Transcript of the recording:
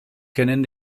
kennen